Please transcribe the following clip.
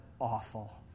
awful